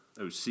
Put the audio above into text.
OC